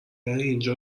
اینجا